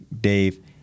Dave